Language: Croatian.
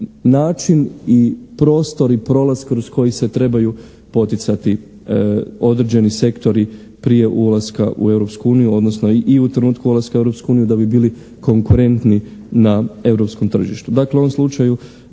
način i prostor i prolaz kroz koji se trebaju poticati određeni sektori prije ulaska u Europsku uniju, odnosno i u trenutku ulaska u Europsku uniju da bi bili konkurentni na Europskom tržištu. Dakle, u ovom slučaju